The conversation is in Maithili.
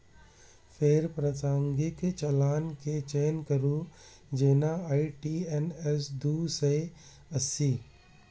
फेर प्रासंगिक चालान के चयन करू, जेना आई.टी.एन.एस दू सय अस्सी